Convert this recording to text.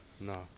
No